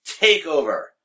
Takeover